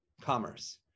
commerce